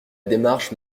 démarche